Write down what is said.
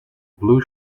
blue